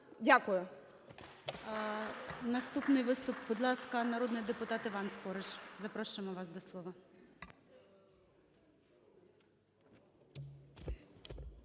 Наступний виступ. Будь ласка, народний депутат Іван Спориш, запрошуємо вас до слова.